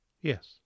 yes